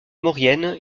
maurienne